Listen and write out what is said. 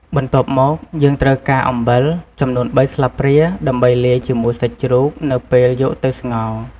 បន្ទាប់មក យើងត្រូវការអំបិល ចំនួនបីស្លាបព្រា ដើម្បីលាយជាមួយសាច់ជ្រូកនៅពេលយកទៅស្ងោរ។